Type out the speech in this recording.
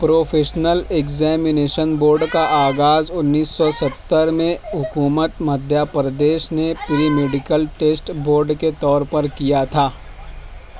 professional examination board کا آغازانیس سو ستر میں حکومت مدھیہ پردیش نے پری میڈیکل ٹیسٹ بورڈ کے طور پر کیا تھا